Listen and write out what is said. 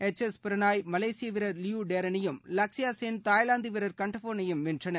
H S Prannoy மலேசிய வீரர் Liew டேரனையும் லக்ஷயா சென் தாய்லாந்து வீரர் கன்ட்டோஃபனையும் சென்றனர்